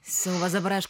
siaubas dabar aišku